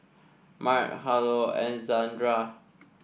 Mart Harlow and Zandra